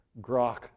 grok